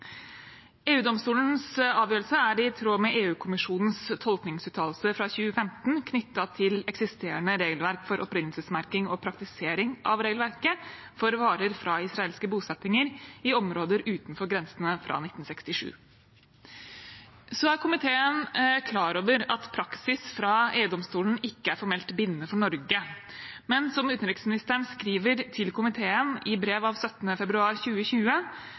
avgjørelse er i tråd med EU-kommisjonens tolkningsuttalelse fra 2015 knyttet til eksisterende regelverk for opprinnelsesmerking og praktisering av regelverket for varer fra israelske bosettinger i områder utenfor grensene fra 1967. Komiteen er klar over at praksis fra EU-domstolen ikke er formelt bindende for Norge, men utenriksministeren skriver til komiteen i brev av 17. februar